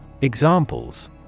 Examples